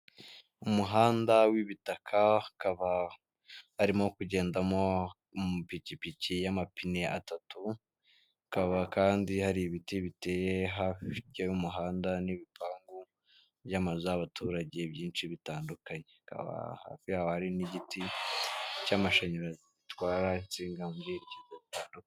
Umuhanda w'ibitaka ukaba harimo kugendamo amapikipiki y'amapine atatu, hakaba kandi hari ibiti biteye hakurya y'umuhanda n'ibipangu by'amazu y'abaturage byinshi bitandukanye, hafi hari n'igiti cy'amashanyarazi gitwara insinga muri iryo.